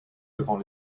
devant